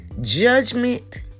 judgment